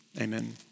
Amen